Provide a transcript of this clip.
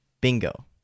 Bingo